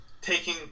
taking